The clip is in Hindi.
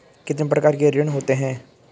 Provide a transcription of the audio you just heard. कितने प्रकार के ऋण होते हैं?